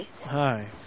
Hi